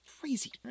Crazy